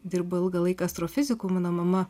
dirbo ilgą laiką astrofiziku mano mama